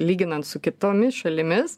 lyginant su kitomis šalimis